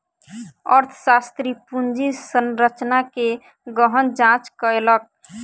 अर्थशास्त्री पूंजी संरचना के गहन जांच कयलक